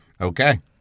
Okay